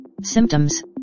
symptoms